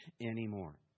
anymore